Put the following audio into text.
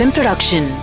Production